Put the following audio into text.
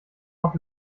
auf